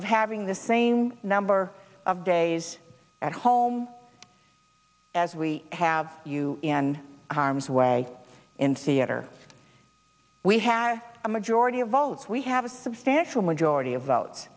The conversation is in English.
of having the same number of days at home as we have you in harm's way in theater we had a majority of votes we have a substantial majority of votes